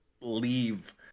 leave